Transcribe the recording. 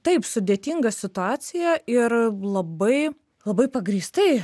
taip sudėtinga situacija ir labai labai pagrįstai